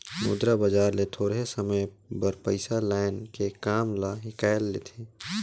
मुद्रा बजार ले थोरहें समे बर पइसा लाएन के काम ल हिंकाएल लेथें